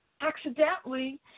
accidentally